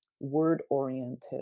word-oriented